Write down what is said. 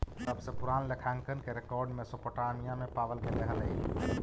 सबसे पूरान लेखांकन के रेकॉर्ड मेसोपोटामिया में पावल गेले हलइ